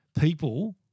people